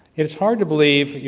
it is hard to believe,